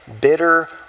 bitter